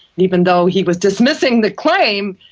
even though he was dismissing the claim,